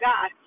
God